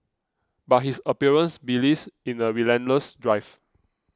but his appearance belies in a relentless drive